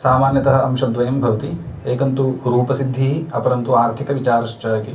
सामान्यतः अंशद्वयं भवति एकन्तु रूपसिद्धिः अपरन्तु आर्थिकविचारश्च इति